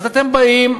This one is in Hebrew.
אז אתם באים,